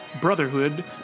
Brotherhood